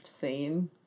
scene